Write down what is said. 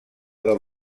del